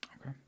Okay